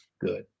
good